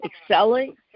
excelling